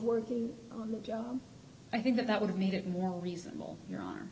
working on the job i think that that would have made it more reasonable your